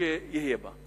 שתהיה בה.